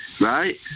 right